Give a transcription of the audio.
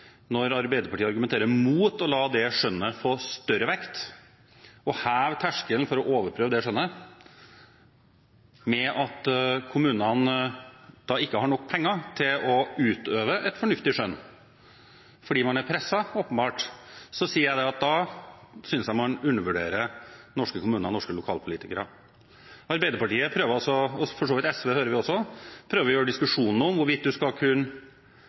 Når Arbeiderpartiet argumenterer mot å la det skjønnet få større vekt og hever terskelen for å overprøve det skjønnet med å si at kommunene ikke har nok penger til å utøve et fornuftig skjønn fordi man åpenbart er presset, da synes jeg man undervurderer norske kommuner og norske lokalpolitikere. Arbeiderpartiet, og for så vidt SV hører vi også, prøver å gjøre diskusjonen om hvorvidt en skal